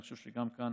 אני חושב שגם כאן